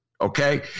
okay